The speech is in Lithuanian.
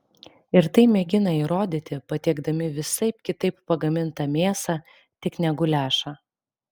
ir tai mėgina įrodyti patiekdami visaip kitaip pagamintą mėsą tik ne guliašą